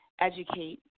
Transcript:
educate